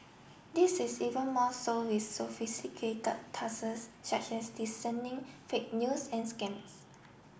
this is even more so with sophisticated tasks such as discerning fake news and scams